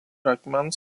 akmens